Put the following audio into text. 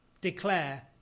declare